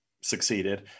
succeeded